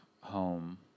home